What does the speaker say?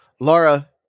laura